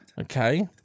Okay